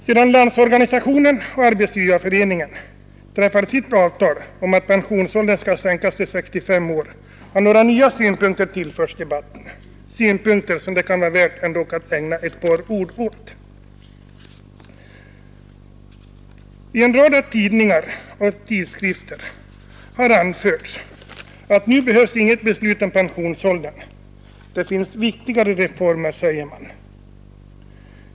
Sedan Landsorganisationen och Arbetsgivareföreningen träffade sitt avtal om sänkning av pensionsåldern till 65 år har några nya synpunkter tillförts debatten, synpunkter som kan vara värda att ägna ett par ord åt. I ett antal tidningar och tidskrifter har anförts att nu behövs inget beslut om pensionsåldern. Det finns viktigare reformer, säger man.